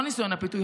לא ניסיון הפיתוי,